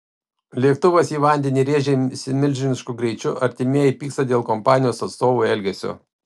lėktuvas į vandenį rėžėsi milžinišku greičiu artimieji pyksta dėl kompanijos atstovų elgesio